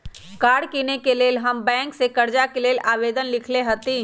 कार किनेके लेल हम बैंक से कर्जा के लेल आवेदन लिखलेए हती